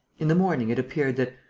in the morning it appeared that,